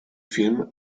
film